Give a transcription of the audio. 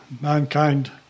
mankind